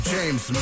James